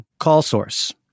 CallSource